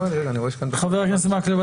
חבר הכנסת מקלב,